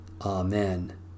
Amen